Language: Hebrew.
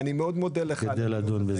אני מודה לך מאוד.